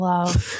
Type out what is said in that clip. Love